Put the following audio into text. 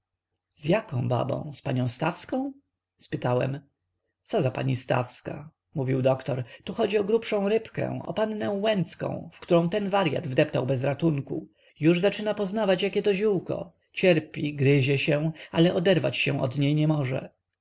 z jaką babą z panią stawską spytałem co za pani stawska mówił doktor tu chodzi o grubszą rybkę o pannę łęcką w którą ten waryat wdeptał bez ratunku już zaczyna poznawać jakie to ziółko cierpi gryzie się ale oderwać się od niej nie może